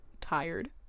tired